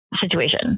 situation